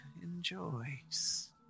enjoys